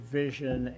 vision